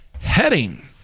heading